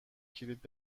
کلید